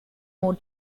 more